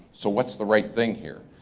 so what's the right thing here?